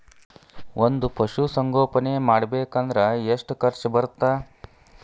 ಒಂದ್ ಪಶುಸಂಗೋಪನೆ ಮಾಡ್ಬೇಕ್ ಅಂದ್ರ ಎಷ್ಟ ಖರ್ಚ್ ಬರತ್ತ?